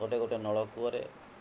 ଗୋଟିଏ ଗୋଟିଏ ନଳକୂଅରେ